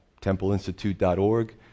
templeinstitute.org